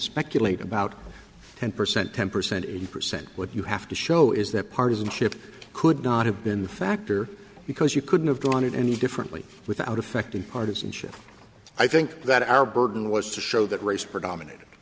speculate about ten percent ten percent in percent what you have to show is that partisanship could not have been the factor because you couldn't have done it any differently without affecting partisanship i think that our burden was to show that race predomina